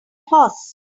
horse